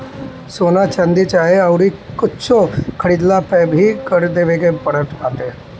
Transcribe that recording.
सोना, चांदी चाहे अउरी कुछु खरीदला पअ भी कर देवे के पड़त बाटे